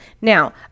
Now